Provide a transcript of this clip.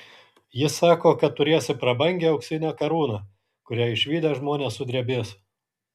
jis sako kad turėsi prabangią auksinę karūną kurią išvydę žmonės sudrebės